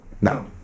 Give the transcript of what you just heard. No